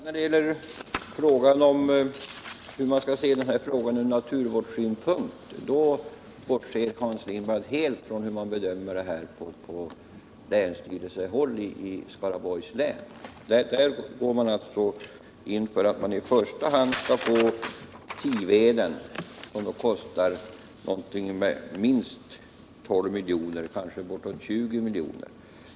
Herr talman! När det gäller hur man från naturvårdssynpunkt skall se den här frågan bortser Hans Lindblad helt från hur man på länsstyrelsehåll i Skaraborgs län gör detta. Länsstyrelsen har gått in för att man i första hand som naturvårdsområde skall få Tiveden, som kostar minst 12 miljoner, kanske bortåt 20 miljoner.